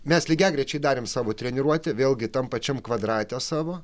mes lygiagrečiai darėm savo treniruotę vėlgi tam pačiam kvadrate savo